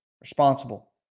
responsible